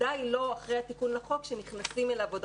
בוודאי לא אחרי התיקון לחוק שנכנסים אליו עוד